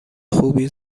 خوبی